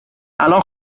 الان